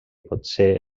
potser